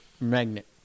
Magnet